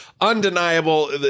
undeniable